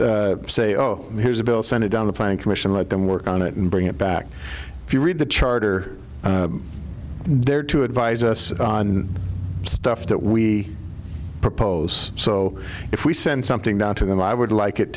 would say oh here's a bill send it down the planning commission let them work on it and bring it back if you read the charter they're to advise us on stuff that we propose so if we send something down to them i would like it